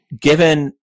given